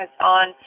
on